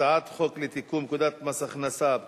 הצעת חוק לתיקון פקודת מס הכנסה (מס'